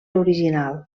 original